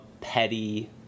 Petty